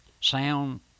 sound